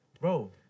Bro